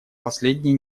последние